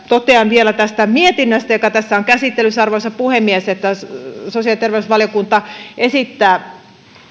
totean vielä tästä mietinnöstä joka tässä on käsittelyssä arvoisa puhemies että sosiaali ja terveysvaliokunta esittää